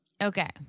Okay